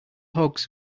hogs